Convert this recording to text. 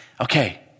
okay